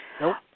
Nope